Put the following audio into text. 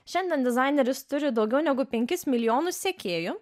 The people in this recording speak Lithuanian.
šiandien dizaineris turi daugiau negu penkis milijonus sekėjų